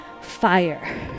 fire